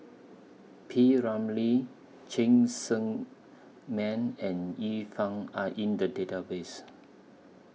P Ramlee Cheng Tsang Man and Yi Fang Are in The Database